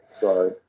Sorry